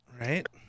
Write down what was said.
Right